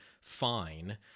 fine